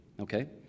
Okay